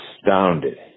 astounded